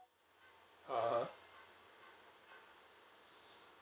uh